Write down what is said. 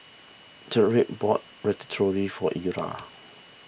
Tyrik bought Ratatouille for Ira